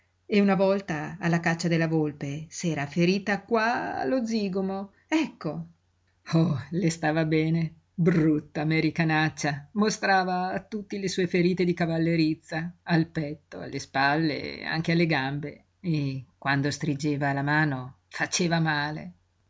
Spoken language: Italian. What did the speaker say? e una volta alla caccia della volpe s'era ferita qua allo zigomo ecco oh le stava bene brutta americanaccia mostrava a tutti le sue ferite di cavallerizza al petto alle spalle anche alle gambe e quando stringeva la mano faceva male